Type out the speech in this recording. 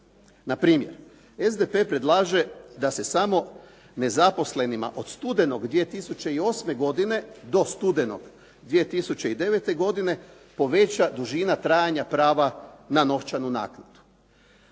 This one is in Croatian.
Na primjer, SDP predlaže da se samo nezaposlenima od studenog 2008. godine do studenog 2009. godine poveća dužina trajanja prava na novčanu naknadu,